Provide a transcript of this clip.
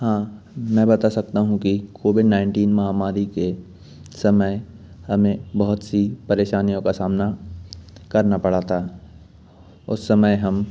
हाँ मैं बता सकता हूँ कि कोविन नाइन्टीन महामारी के समय हमें बहुत सी परेशानियों का सामना करना पड़ा था उस समय हम